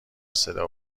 صدا